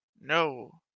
No